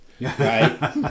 right